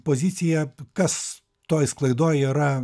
poziciją kas toj sklaidoj yra